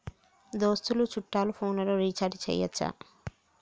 దోస్తులు చుట్టాలు ఫోన్లలో రీఛార్జి చేయచ్చా?